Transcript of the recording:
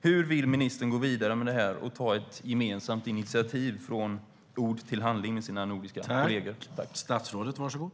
Hur vill ministern gå vidare med att ta ett gemensamt initiativ från ord till handling med sina nordiska kollegor?